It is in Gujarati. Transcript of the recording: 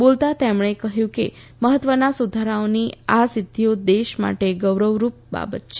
બોલતા તેમણે કહ્યું કે મહત્વના સુધારાઓની આ સિઘ્ઘિઓ દેશ માટે ગૌરવરૂપ બાબત છે